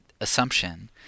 assumption